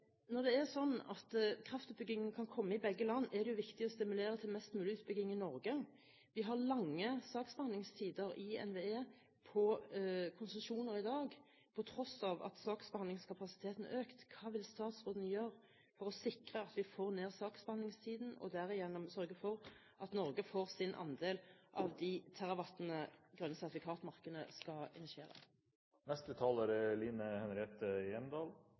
Når det er sånn at kraftutbyggingen kan komme i begge land, er det viktig å stimulere til mest mulig utbygging i Norge. Vi har i dag lange saksbehandlingstider i NVE når det gjelder konsesjoner, på tross av at saksbehandlingskapasiteten er økt. Hva vil statsråden gjøre for å sikre at vi får ned saksbehandlingstiden og derigjennom sørger for at Norge får sin andel av de terawattene det grønne-sertifikat-markedet skal initiere? Dagens debatt viser at det ikke er